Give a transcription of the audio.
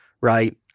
right